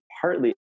partly